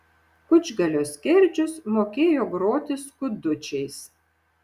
kučgalio skerdžius mokėjo groti skudučiais